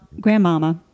grandmama